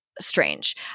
strange